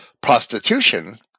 prostitution